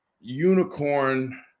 unicorn